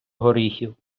горіхів